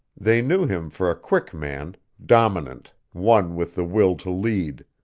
they knew him for a quick man, dominant, one with the will to lead